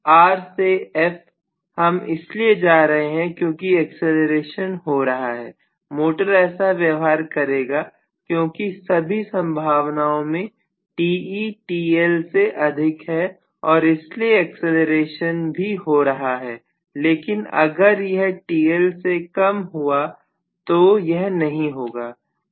R से F हम इसलिए जा रहे हैं क्योंकि एक्सीलरेशन हो रहा है मोटर ऐसा व्यवहार करेगा क्योंकि सभी संभावनाओं में Te TL से अधिक है और इसीलिए एक्जेलेरेशन भी हो रहा है लेकिन अगर यह TL से कम हुआ तो यह नहीं होगा